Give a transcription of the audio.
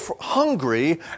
hungry